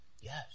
Yes